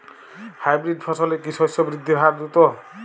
Hybrid ফসলের কি শস্য বৃদ্ধির হার দ্রুত?